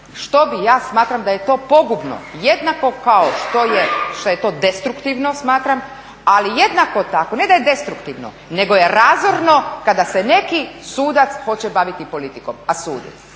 Što bi, ja smatram da je to pogubno, jednako kao što je to destruktivno, smatram, ali jednako tako, ne da je destruktivno, nego je razorno kada se neki sudac hoće baviti politikom, a sudi.